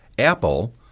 Apple